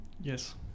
yes